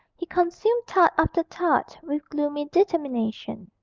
he consumed tart after tart with gloomy determination.